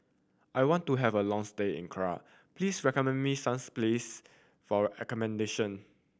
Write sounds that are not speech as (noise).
I want to have a long stay in (unintelligible) please recommend me some place for accommodation